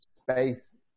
space